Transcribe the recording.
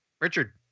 Richard